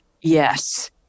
Yes